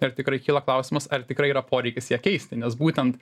ir tikrai kyla klausimas ar tikrai yra poreikis ją keisti nes būtent